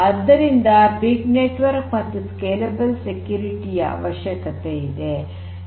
ಆದ್ದರಿಂದ big network ಮತ್ತು scalable security ಯ ಅವಶ್ಯಕತೆ ಇದೆ